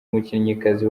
umukinnyikazi